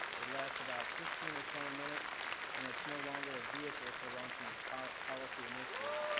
it lasts about fifteen or twenty minutes and it's no longer a vehicle for launching policy policy initiatives.